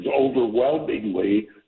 overwhelmingly